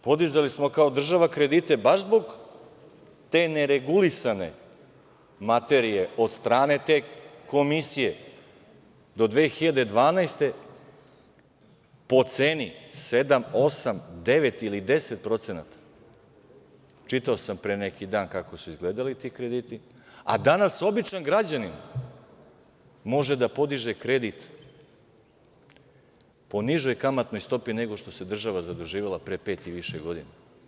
Podizali smo kao država kredite baš zbog te neregulisane materije od strane te komisije do 2012. godine po ceni od 7, 8, 9 ili 10%, čitao sam pre neki dan kako su izgledali ti krediti, a danas običan građanin može da podiže kredit po nižoj kamatnoj stopi nego što se država zaduživala pre pet i više godina.